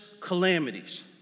calamities